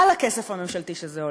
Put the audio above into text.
על הכסף הממשלתי שזה עולה.